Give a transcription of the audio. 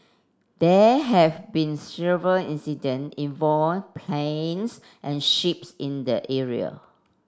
there have been several incident involve planes and ships in the area